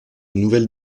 nouvelles